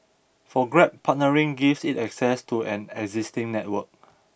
for Grab partnering gives it access to an existing network